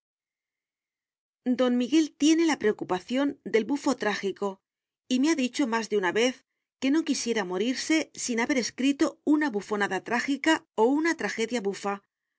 don miguel tiene la preocupación del bufo trágico y me ha dicho más de una vez que no quisiera morirse sin haber escrito una bufonada trágica o una tragedia bufa pero